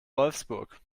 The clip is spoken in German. wolfsburg